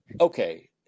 okay